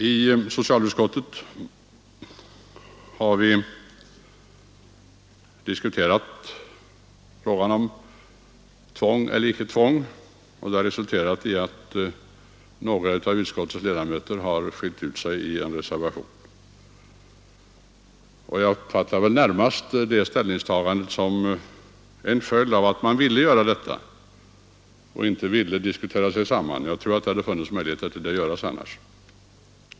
I socialutskottet har vi diskuterat frågan om tvång eller icke tvång. Det har resulterat i att några av utskottets ledamöter har skilt ut sig i en reservation. Jag uppfattar det ställningstagandet närmast som en följd av att man inte ville diskutera sig samman. Jag tror annars att det hade funnits möjligheter att göra det.